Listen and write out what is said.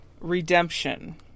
Redemption